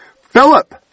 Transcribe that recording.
Philip